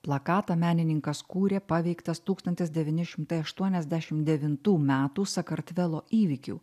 plakatą menininkas kūrė paveiktas tūkstantis devyni šimtai aštuoniasdešim devintų metų sakartvelo įvykių